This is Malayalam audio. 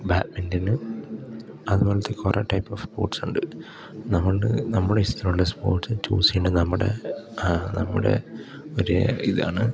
ബാഡ്മിൻറ്റന് അതുപോലത്തെ കുറെ ടൈപ്പ് ഓഫ് സ്പോർട്സുണ്ട് നമ്മളുടെ നമ്മൾ ഇഷ്ടമുള്ള സ്പോർട്സ് ചൂസ് ചെയ്യുമ്പോൾ നമ്മുടെ നമ്മുടെ ഒരു ഇതാണ്